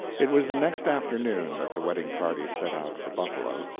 it was the next afternoon that the wedding-party set out for buffalo.